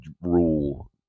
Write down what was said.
rule